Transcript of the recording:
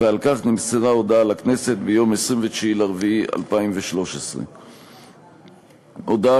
ועל כך נמסרה הודעה לכנסת ב-29 באפריל 2013. הודעה